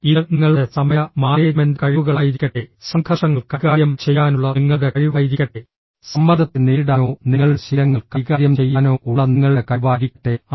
ഇത് നിങ്ങളുടെ സമയ മാനേജ്മെന്റ് കഴിവുകളായിരിക്കട്ടെ സംഘർഷങ്ങൾ കൈകാര്യം ചെയ്യാനുള്ള നിങ്ങളുടെ കഴിവായിരിക്കട്ടെ സമ്മർദ്ദത്തെ നേരിടാനോ നിങ്ങളുടെ ശീലങ്ങൾ കൈകാര്യം ചെയ്യാനോ ഉള്ള നിങ്ങളുടെ കഴിവായിരിക്കട്ടെ അത്